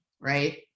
right